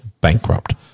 bankrupt